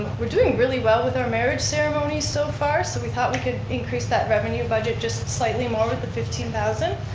we're doing really with our marriage ceremonies so far so we thought we could increase that revenue budget just slightly more with the fifteen thousand.